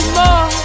more